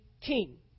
king